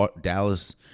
Dallas